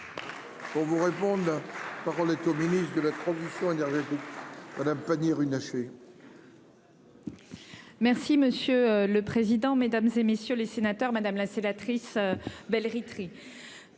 Pour vous répondre. La parole est au ministre de la transition énergétique. Madame Pannier-Runacher.